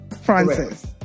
Francis